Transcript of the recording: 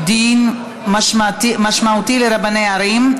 דין משמעתי לרבני ערים),